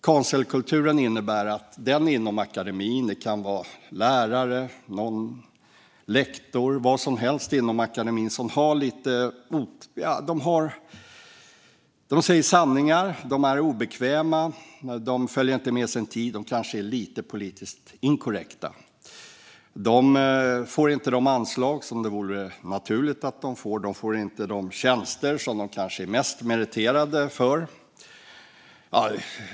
Cancelkulturen innebär att de inom akademin - det kan vara lärare, någon lektor eller vem som helst - som säger sanningar, som är obekväma, som inte följer med sin tid och som kanske är lite politiskt inkorrekta inte får de anslag som det vore naturligt att de fick. De får inte de tjänster som de kanske är de mest meriterade för.